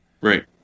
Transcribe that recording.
right